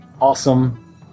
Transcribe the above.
awesome